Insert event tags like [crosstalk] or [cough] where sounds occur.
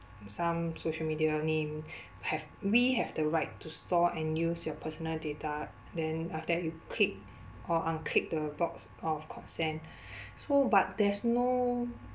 some social media name have we have the right to store and use your personal data then after that you click or unclick the box of consent [breath] so but there's no